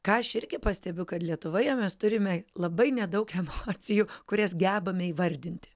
ką aš irgi pastebiu kad lietuvoje mes turime labai nedaug emocijų kurias gebame įvardinti